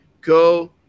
Go